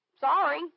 Sorry